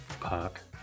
Park